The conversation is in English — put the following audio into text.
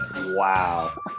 Wow